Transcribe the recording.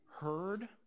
Heard